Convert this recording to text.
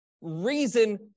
reason